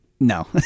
No